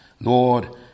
lord